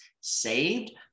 saved